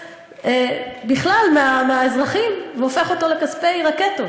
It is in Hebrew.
בכלל מהאזרחים והופך אותו לכספי רקטות.